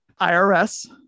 IRS